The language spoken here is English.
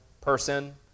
person